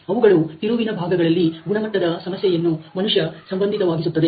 ಅವುಗಳು ತಿರುವಿನ ಭಾಗಗಳಲ್ಲಿನ ಗುಣಮಟ್ಟದ ಸಮಸ್ಯೆಯನ್ನು ಮನುಷ್ಯ ಸಂಬಂಧಿತವಾಗಿಸುತ್ತದೆ